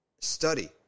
Study